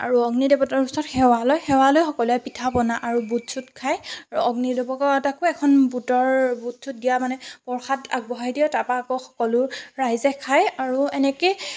আৰু অগ্নি দেৱতাৰ ওচৰত সেৱা লয় সেৱা লৈ সকলোৱে পিঠা বনায় আৰু বুট চুট খায় আৰু অগ্নি দেৱতাকো এখন বুটৰ বুট চুট দিয়া মানে প্ৰসাদ আগবঢ়ায় দিয়ে তাৰপৰা সকলো ৰাইজে খায় আৰু এনেকৈ